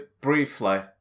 briefly